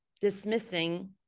dismissing